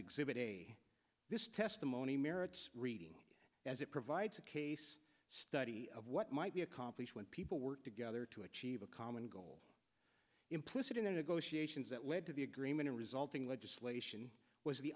exhibit a this testimony merits reading as it provides a case study of what might be accomplished when people work together to achieve a common goal implicit in the negotiations that led to the agreement and resulting legislation was the